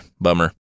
bummer